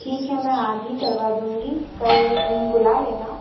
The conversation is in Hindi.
ठीक है मैं आज ही करवा दूँगी कल उन्हें बुला लेना